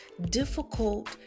difficult